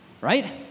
right